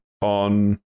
on